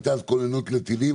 הייתה אז כוננות לטילים,